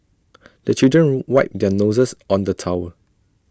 the children wipe their noses on the towel